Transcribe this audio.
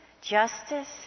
justice